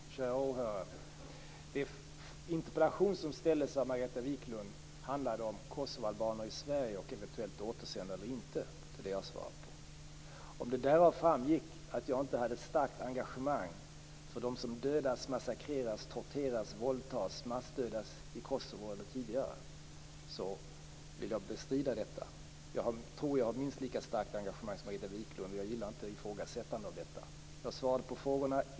Fru talman! Kära åhörare! Den interpellation som framställdes av Margareta Viklund handlade om kosovalbaner i Sverige och ett eventuellt återsändande eller inte. Det är den fråga som jag har svarat på. Om det därav framgick att jag inte hade ett starkt engagemang för de som dödas, massakreras, torteras, våldtas, massdödas i Kosovo vill jag bestrida detta. Jag tror att jag har ett minst lika starkt engagemang som Margareta Viklund har, och jag gillar inte ifrågasättandet av detta. Jag svarade på frågorna.